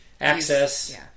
access